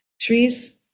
trees